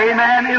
Amen